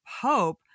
hope